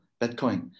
Bitcoin